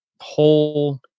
whole